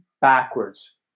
backwards